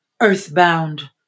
earthbound